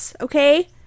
okay